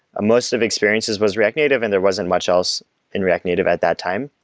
most of experiences was react native and there wasn't much else in react native at that time.